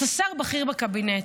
אתה שר בכיר בקבינט,